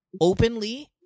openly